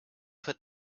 put